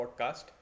podcast